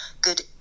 good